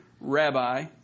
rabbi